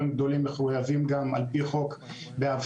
גדולים מחויבים גם על פי חוק באבטחה,